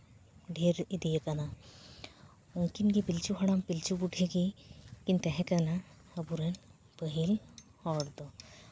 ᱰᱷᱮᱨ ᱤᱫᱤ ᱟᱠᱟᱱᱟ ᱩᱱᱠᱤᱱᱜᱮ ᱯᱤᱞᱪᱩ ᱦᱟᱲᱟᱢ ᱯᱤᱞᱪᱩ ᱵᱩᱰᱷᱤ ᱜᱮ ᱠᱤᱱ ᱛᱟᱦᱮᱸ ᱠᱟᱱᱟ ᱟᱵᱚᱨᱮᱱ ᱯᱟᱹᱦᱤᱞ ᱦᱚᱲ ᱫᱚ